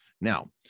Now